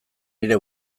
nire